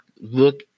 look